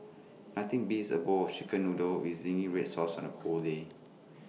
nothing beats A bowl of Chicken Noodles with Zingy Red Sauce on A cold day